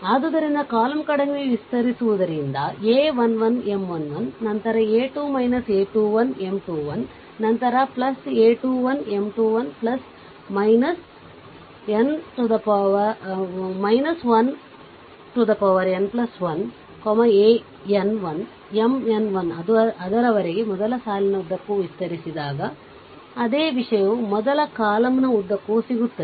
ಆದ್ದರಿಂದ ಕಾಲಮ್ ಕಡೆಗೆ ವಿಸ್ತರಿಸುವುದರಿಂದ a 1 1 M 1 1 ನಂತರ a 2 a 21 M 21 ನಂತರ a 2 1 M 2 1 1n1 an 1 Mn 1 ಅದರವರೆಗೆ ಮೊದಲ ಸಾಲಿನ ಉದ್ದಕ್ಕೂ ವಿಸ್ತರಿಸಿದಾಗ ಅದೇ ವಿಷಯವು ಮೊದಲ ಕಾಲಮ್ನ ಉದ್ದಕ್ಕೂ ಸಿಗುತ್ತದೆ